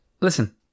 Listen